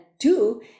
two